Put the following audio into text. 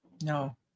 No